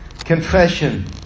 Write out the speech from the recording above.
Confession